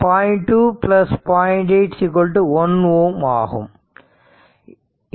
8 1 Ω ஆகும்